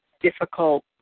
difficult